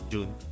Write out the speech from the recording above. June